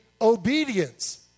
obedience